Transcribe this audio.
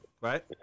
right